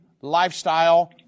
lifestyle